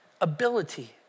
ability